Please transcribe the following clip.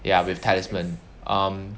ya with talisman um